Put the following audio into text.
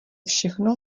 všechno